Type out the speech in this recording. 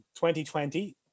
2020